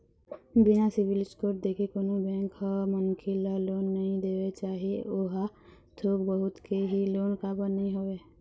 बिना civil score देखे कोनो बेंक ह मनखे ल लोन नइ देवय चाहे ओहा थोक बहुत के ही लोन काबर नीं होवय